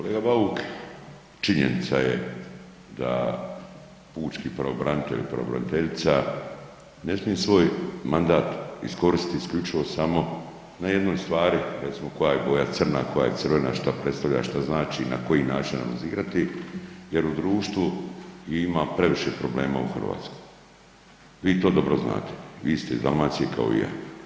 Kolega Bauk, činjenica je da pučki pravobranitelj ili pravobraniteljica ne smije svoj mandat iskoristiti isključivo samo na jednoj stvari recimo koja je boja crna, koja je crvena, šta predstavlja, šta znači na koji način će nam izigrati jer u društvu ima previše problema u Hrvatskoj, vi to dobro znate, vi ste iz Dalmacije kao i ja.